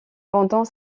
pendant